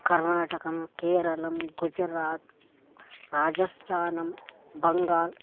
कर्नाटकं केरलं गुजरात् राजस्तानं बङ्गाल्